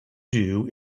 due